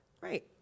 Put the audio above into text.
Right